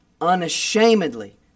unashamedly